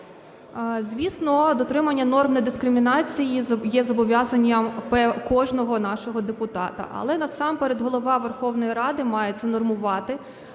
Звісно, дотримання норм недискримінації є зобов'язанням кожного нашого депутата. Але насамперед Голова Верховної Ради має це нормувати,